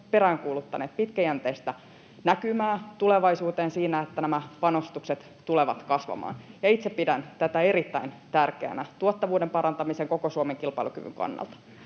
peräänkuuluttaneet pitkäjänteistä näkymää tulevaisuuteen siinä, että nämä panostukset tulevat kasvamaan, ja itse pidän tätä erittäin tärkeänä, tuottavuuden parantamista koko Suomen kilpailukyvyn kannalta.